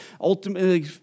ultimately